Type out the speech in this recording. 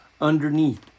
underneath